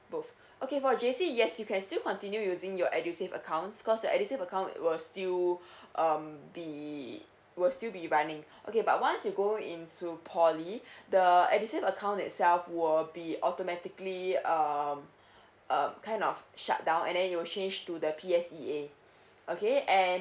both okay for J_C yes you can still continue using your edusave accounts cause your edusave account was you um be will still be running okay but once you go into poly the edusave account itself will be automatically um um kind of shut down and then it will change to the P_S_E_A okay and